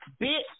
Bitch